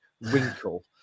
wrinkle